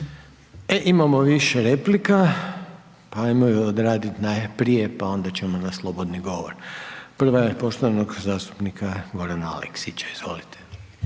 E imamo više replika pa ajmo ju odraditi najprije pa onda ćemo na slobodni govor. Prva je poštovanog zastupnika Gorana Aleksića. Izvolite.